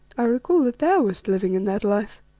i recall that thou wast living in that life.